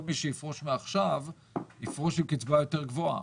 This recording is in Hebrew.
כל מי שיפרוש מעכשיו יפרוש עם קצבה יותר גבוהה.